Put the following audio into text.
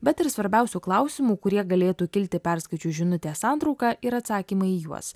bet ir svarbiausių klausimų kurie galėtų kilti perskaičius žinutę santrauka ir atsakymai į juos